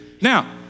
Now